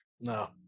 No